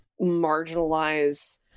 marginalize